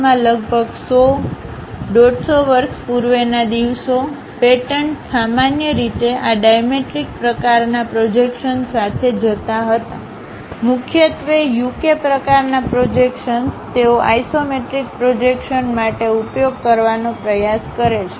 માં લગભગ 100150 વર્ષ પૂર્વેના દિવસો પેટન્ટ સામાન્ય રીતે આ ડાઇમેટ્રિક પ્રકારના પ્રોજેક્શન સાથે જતા હતા મુખ્યત્વે યુકે પ્રકારના પ્રોજેક્શન તેઓ આઇસોમેટ્રિક પ્રોજેક્શન માટે ઉપયોગ કરવાનો પ્રયાસ કરે છે